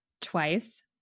Twice